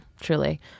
truly